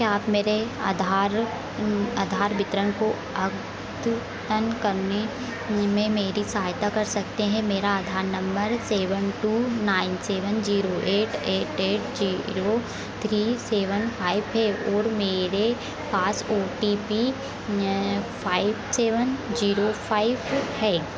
क्या आप मेरे आधार वितरण को अद्यतन करने में मेरी सहायता कर सकते हैं मेरा Aadhaar number seven two nine seven zero eight eight eight zero three seven five है और मेरे पास O T P five seven zero five है